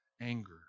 anger